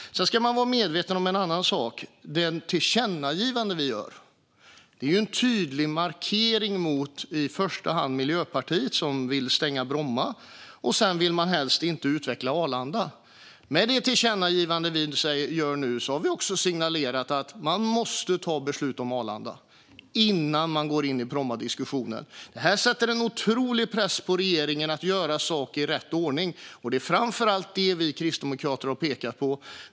Sedan ska man vara medveten om en sak. Det tillkännagivande vi gör är en tydlig markering mot i första hand Miljöpartiet som vill stänga Bromma, och sedan vill man helst inte utveckla Arlanda. Med det tillkännagivande som vi nu gör har vi signalerat att man måste fatta beslut om Arlanda innan man går in i Brommadiskussionen. Det sätter en otrolig press på regeringen att göra saker i rätt ordning. Det är framför allt det som vi kristdemokrater har pekat på.